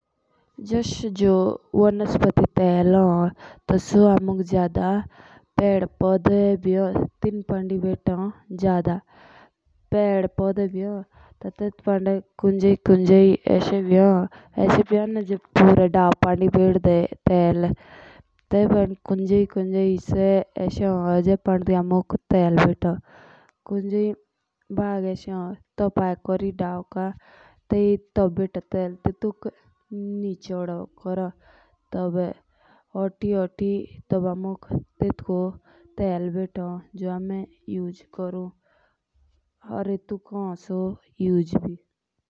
जो वनस्पति तेल हो एसईओ अमुक पेड फोटो से ही मिलो या टेटुक गडनोक के एक एपीडे विदे हो। वनस्पति तेल खदोक आचो मान।